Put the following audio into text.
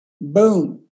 boom